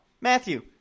Matthew